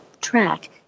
track